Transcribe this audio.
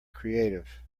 creative